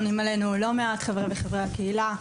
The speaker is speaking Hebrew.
פונים אלינו לא מעט חברות וחברי הקהילה,